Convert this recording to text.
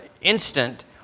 instant